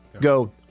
Go